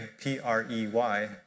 P-R-E-Y